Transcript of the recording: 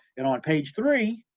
and on page three,